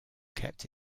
kept